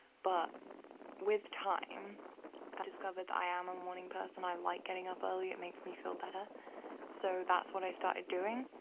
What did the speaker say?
but with time i discovered that i am a morning person i like getting up early, it makes me feel better so that's what i started doing.